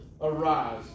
arise